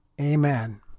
Amen